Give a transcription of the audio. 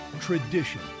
tradition